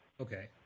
Okay